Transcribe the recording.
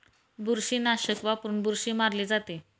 बुरशीनाशक वापरून बुरशी मारली जाते